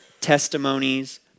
testimonies